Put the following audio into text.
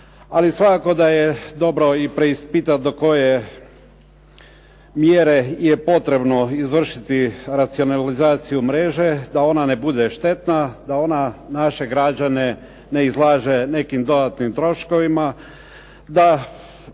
ali svakako da je dobro i preispitati do koje mjere je potrebno izvršiti racionalizaciju mreže da ona ne bude štetna, da ona naše građane ne izlaže nekim dodatnim troškovima, da